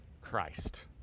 christ